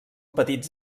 petits